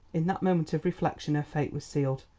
in that moment of reflection her fate was sealed.